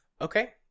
Okay